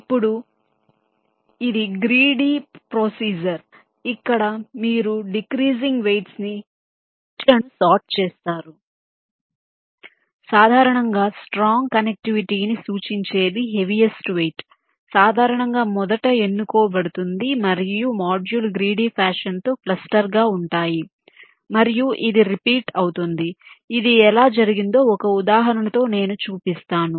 ఇప్పుడు ఇది ఒక గ్రీడీ ప్రొసీజర్ ఇక్కడ మీరు డిక్రీసింగ్ వెయిట్స్ ని ఎడ్జ్ లను సార్ట్ చేస్తారు సాధారణంగా స్ట్రాంగ్ కనెక్టివిటీని సూచించేది హెవియస్ట్ వెయిట్ సాధారణంగా మొదట ఎన్నుకోబడుతుంది మరియు మోడ్యూల్ గ్రీడీ ఫ్యాషన్ తో క్లస్టర్ గా ఉంటాయి మరియు ఇది రిపీట్ అవుతుంది ఇది ఎలా జరిగిందో ఒక ఉదాహరణతో నేను చూపిస్తాను